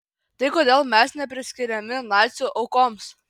tai kodėl mes nepriskiriami nacių aukoms